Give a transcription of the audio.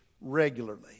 regularly